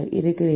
இருக்கிறார்கள்